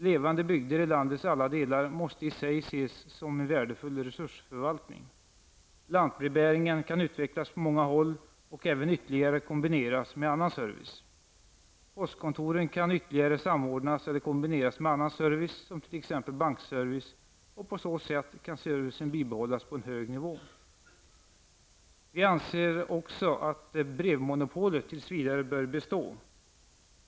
Levande bygder i landets alla delar måste i sig ses som en värdefull resursförvaltning. Lantbrevbäringen kan utvecklas på många håll. Postkontoren kan ytterligare samordnas eller kombineras med annan service, t.ex. med bankservice. På så sätt kan servicen bibehållas på en hög nivå. Vi anser också att brevmonopolet tills vidare bör bestå.